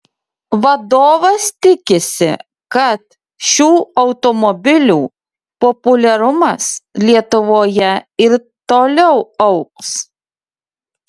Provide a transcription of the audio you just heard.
vadovas tikisi kad šių automobilių populiarumas lietuvoje ir toliau augs